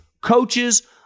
coaches